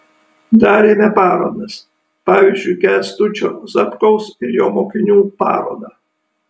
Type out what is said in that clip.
darėme parodas pavyzdžiui kęstučio zapkaus ir jo mokinių parodą